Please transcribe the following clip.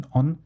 on